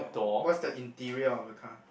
what's the interior of the car